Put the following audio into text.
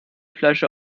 flasche